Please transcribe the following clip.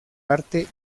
arte